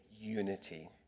unity